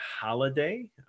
holiday